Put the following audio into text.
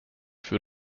für